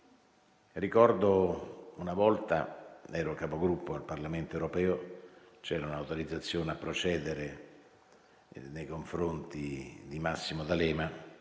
Ricordo che una volta - ero Capogruppo al Parlamento europeo - c'era un'autorizzazione a procedere nei confronti di Massimo D'Alema.